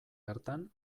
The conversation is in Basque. hartan